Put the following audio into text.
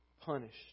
punished